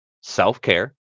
self-care